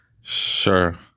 Sure